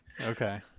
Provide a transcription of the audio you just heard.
Okay